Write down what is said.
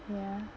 ya